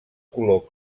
color